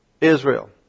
Israel